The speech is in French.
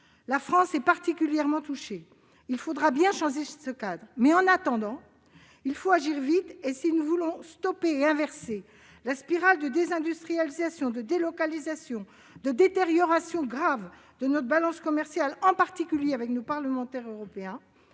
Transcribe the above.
La France est particulièrement touchée. Il faudra bien changer ce cadre, mais, en attendant, il faut agir vite ! Si nous voulons inverser la spirale de désindustrialisation, de délocalisation, de détérioration grave de notre balance commerciale, en particulier avec nos partenaires européens,